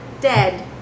dead